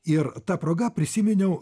ir ta proga prisiminiau